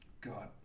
God